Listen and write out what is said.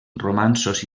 romanços